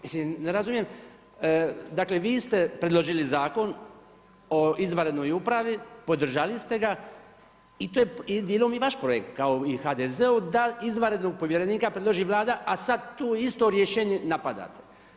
Mislim ne razumijem, dakle vi ste predložili Zakon o izvanrednoj upravi, podržali ste ga i to je djelom i vaš projekt kao i HDZ-a, da izvanrednog povjerenika predloži Vlada a sad to isto rješenje napadate.